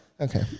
Okay